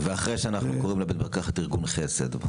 ואחרי שאנחנו קוראים לבית מרקחת "ארגון חסד"?